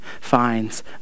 finds